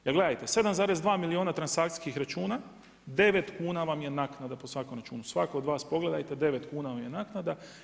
Jer gledajte, 7,2 milijuna transakcijskih računa, 9 kuna vam je naknada po svakom računu, svatko od vas, pogledajte, 9kn vam je naknada.